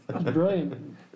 brilliant